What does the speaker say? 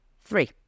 three